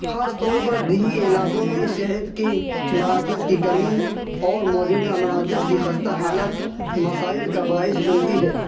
خاص طور پر دیہی علاقوں میں صحت کی مراکز کی کمی اور موجودہ مراکز کی خستہ حالت مسائل کا باعث بنتی ہے